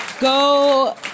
Go